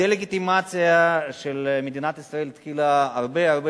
הדה-לגיטימציה של מדינת ישראל התחילה הרבה-הרבה